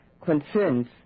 concerns